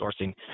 sourcing